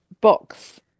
box